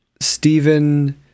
Stephen